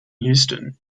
houston